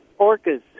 orcas